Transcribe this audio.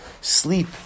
Sleep